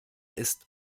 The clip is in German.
ist